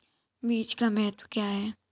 बीज का महत्व क्या है?